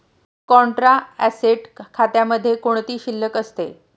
Contra asset खात्यामध्ये कोणती शिल्लक असते?